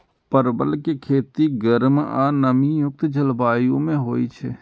परवल के खेती गर्म आ नमी युक्त जलवायु मे होइ छै